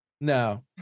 No